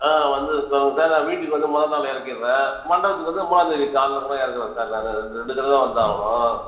ஆ நான் வந்தது சொல்லுங்கள் சார் நான் வீட்டுக்கு வந்து மொத நாள் இறக்கிட்றேன் மண்டபத்துக்கு வந்து மூணாம்தேதி காலைல கூட இறக்குறேன் சார் நான் ரெண் ரெண்டு தடவை தான் வந்தாகணும்